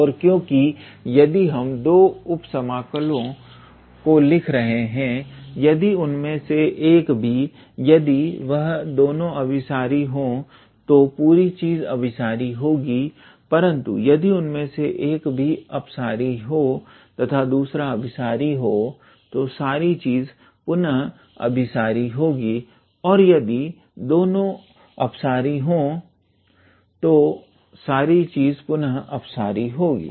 और क्योंकि यदि हम 2 उप समकलों को लिख रहे हैं यदि उनमें से एक भी यदि वह दोनों अभिसारी हो तो पूरी चीज अभिसारी होगी परंतु यदि उनमें से एक भी अपसारी हो तथा दूसरा अभिसारी हो तो सारी चीज भी पुनः अपसारी होगी और यदि वह दोनों ही अपसारी हो तो सारी चीज भी पुनः अपसारी होगी